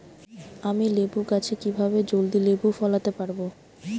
আমি লেবু গাছে কিভাবে জলদি লেবু ফলাতে পরাবো?